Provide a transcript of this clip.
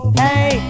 hey